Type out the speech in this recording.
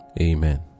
Amen